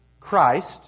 Christ